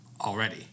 already